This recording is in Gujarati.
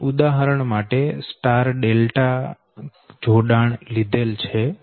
અહી ઉદાહરણ માટે એક સ્ટાર ડેલ્ટા જોડાણ લીધેલ છે